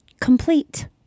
Complete